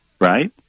right